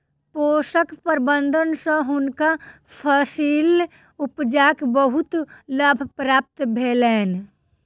पोषक प्रबंधन सँ हुनका फसील उपजाक बहुत लाभ प्राप्त भेलैन